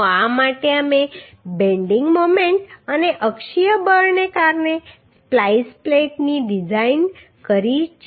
તો આ માટે અમે બેન્ડિંગ મોમેન્ટ અને અક્ષીય બળને કારણે સ્પ્લાઈસ પ્લેટની ડિઝાઈન કરી છે